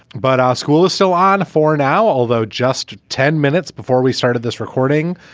but our school is so on for now. although just ten minutes before we started this recording,